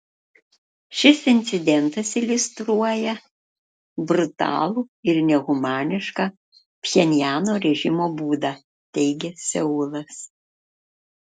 šis incidentas iliustruoja brutalų ir nehumanišką pchenjano režimo būdą teigia seulas